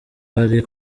hari